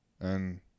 and-